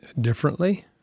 differently